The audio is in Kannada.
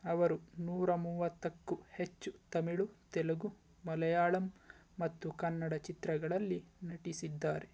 ಅವರು ನೂರಾ ಮೂವತ್ತಕ್ಕೂ ಹೆಚ್ಚು ತಮಿಳು ತೆಲುಗು ಮಲೆಯಾಳಂ ಮತ್ತು ಕನ್ನಡ ಚಿತ್ರಗಳಲ್ಲಿ ನಟಿಸಿದ್ದಾರೆ